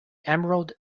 emerald